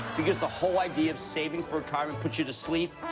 because the whole idea of saving for retirement puts you to sleep.